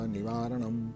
Nivaranam